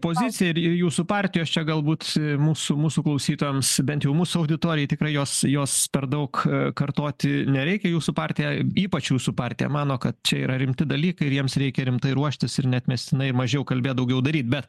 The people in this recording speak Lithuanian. pozicija ir ir jūsų partijos čia galbūt mūsų mūsų klausytojams bent jau mūsų auditorijai tikrai jos jos per daug kartoti nereikia jūsų partija ypač jūsų partija mano kad čia yra rimti dalykai ir jiems reikia rimtai ruoštis ir neatmestinai mažiau kalbėt daugiau daryt bet